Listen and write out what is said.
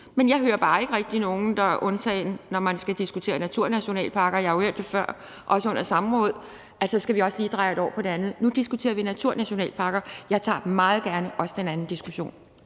Men jeg hører bare ikke rigtig nogen, der nævner det, undtagen når man skal diskutere naturnationalparker. Og jeg har jo hørt det før, også under samråd, at så skal vi også lige dreje det over på det andet. Nu diskuterer vi naturnationalparker. Jeg tager meget gerne også den anden diskussion.